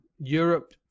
Europe